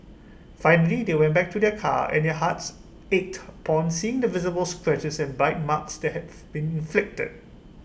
finally they went back to their car and their hearts ached upon seeing the visible scratches and bite marks that have been inflicted